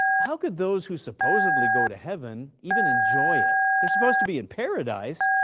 how could those who supposedly go to heaven even enjoy it? they're supposed to be in paradise,